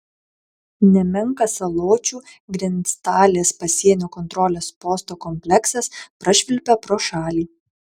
nemenkas saločių grenctalės pasienio kontrolės posto kompleksas prašvilpia pro šalį